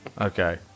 Okay